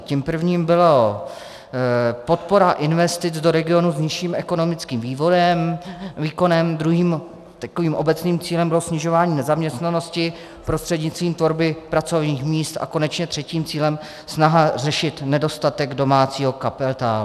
Tím prvním byla podpora investic do regionů s nižším ekonomickým výkonem, druhým obecným cílem bylo snižování nezaměstnanosti prostřednictvím tvorby pracovních míst a konečně třetím cílem byla snaha řešit nedostatek domácího kapitálu.